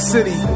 City